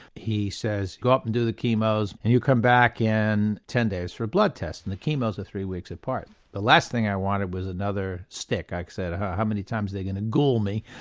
he says go up and do the chemos and you'll come back in ten days for a blood test. and the chemos are three weeks apart, the last thing i wanted was another stick, i said how many times are they going to ghoul me,